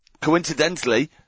Coincidentally